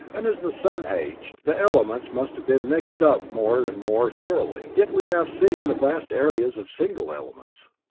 and as the sun aged, the elements must have been mixed up more and more thoroughly. yet we have seen the vast areas of single elements.